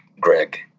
Greg